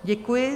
Děkuji.